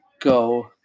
go